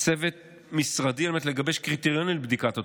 צוות משרדי על מנת לגבש קריטריונים לבדיקת התופעה.